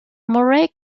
murray